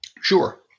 Sure